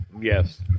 Yes